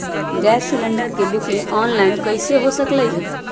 Gas cylinder के booking online कईसे हो सकलई ह?